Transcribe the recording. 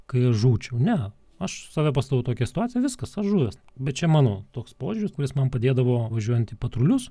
kai aš žūčiau ne aš save pastatau tokioj situacijoj viskas aš žuvęs bet čia mano toks požiūris kuris man padėdavo važiuojant į patrulius